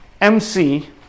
MC